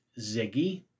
Ziggy